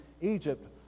Egypt